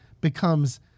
becomes